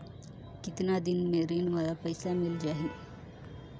कतना दिन मे ऋण वाला पइसा मिल जाहि?